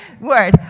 word